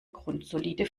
grundsolide